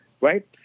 Right